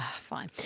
Fine